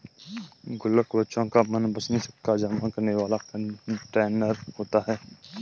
गुल्लक बच्चों का मनपंसद सिक्का जमा करने वाला कंटेनर होता है